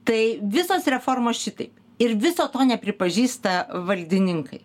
tai visos reformos šitaip ir viso to nepripažįsta valdininkai